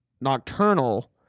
Nocturnal